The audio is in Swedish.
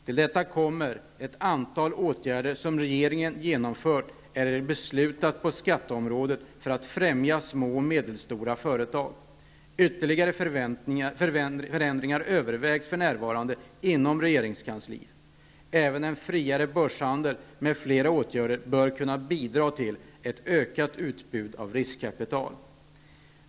Till detta kommer ett antal åtgärder som regeringen har genomfört eller beslutat om på skatteområdet för att främja små och medelstora företag. Ytterligare förändringar övervägs för närvarande inom regeringskansliet. Även en friare börshandel m.fl. åtgärder bör kunna bidra till ett ökat utbud av riskkapital.